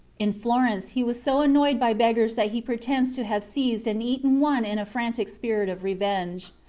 in florence he was so annoyed by beggars that he pretends to have seized and eaten one in a frantic spirit of revenge.